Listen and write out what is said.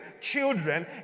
children